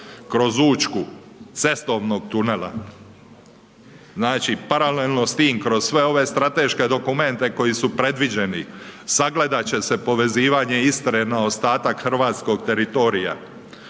kroz Učku, cestovnog tunela. Znači paralelno s tim kroz sve ove strateške dokumente koji su predviđeni, sagledat će se povezivanje Istre na ostatak hrvatskog teritorija.